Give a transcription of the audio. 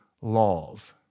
laws